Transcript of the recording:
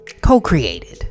co-created